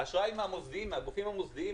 האשראי מהגופים המוסדיים,